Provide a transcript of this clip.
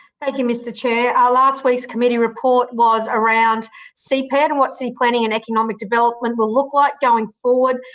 thank you, mr chair. our last week's committee report was around cped and and what city planning and economic development will look like going forward.